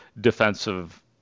defensive